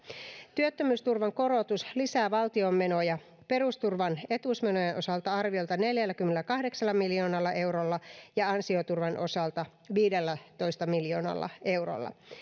työttömyysturvan korotus lisää valtion menoja perusturvan etuusmenojen osalta arviolta neljälläkymmenelläkahdeksalla miljoonalla eurolla ja ansioturvan osalta viidellätoista miljoonalla eurolla